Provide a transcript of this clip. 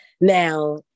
Now